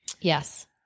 Yes